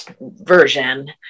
version